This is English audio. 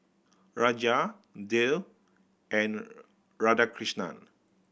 Raja Dev and Radhakrishnan